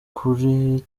kuri